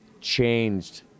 changed